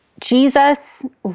Jesus